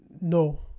no